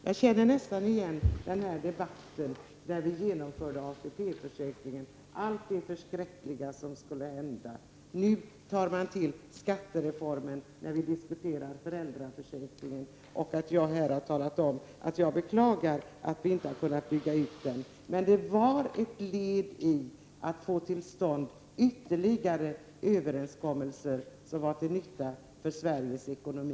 Jag känner nästan igen den debatt som fördes när vi genomförde ATP-försäkringen och allt det förskräckliga som skulle hända. Nu tar man till skattereformen när vi diskuterar föräldraförsäkringen. Jag beklagar att vi inte har kunnat bygga ut den. Men det var ett led i att få till stånd ytterligare överenskommelser som var till nytta för Sveriges ekonomi.